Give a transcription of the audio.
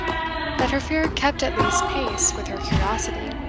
that her fear kept at least pace with her curiosity.